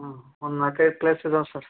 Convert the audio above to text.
ಹಾಂ ಒಂದು ನಾಲ್ಕು ಐದು ಪ್ಲೇಸ್ ಇದಾವೆ ಸರ್